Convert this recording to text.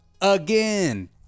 again